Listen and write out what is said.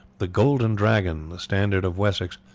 the golden dragon, the standard of wessex,